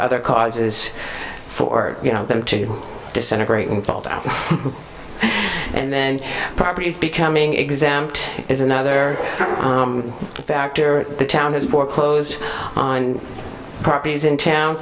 other causes for you know them to disintegrate and fall down and then properties becoming example is another factor the town has more clothes on properties in town